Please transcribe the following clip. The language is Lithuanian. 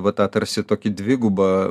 vat tą tarsi tokį dvigubą